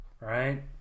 Right